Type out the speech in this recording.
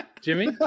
jimmy